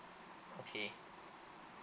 okay